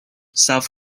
south